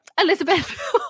Elizabeth